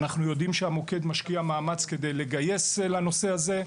אנחנו יודעים שהמוקד משקיע מאמץ כדי לגייס לנושא הזה,